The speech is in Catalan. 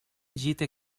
gite